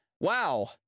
wow